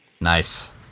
Nice